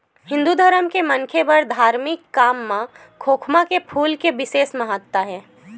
हिंदू धरम के मनखे बर धारमिक काम म खोखमा के फूल के बिसेस महत्ता हे